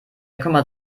kümmert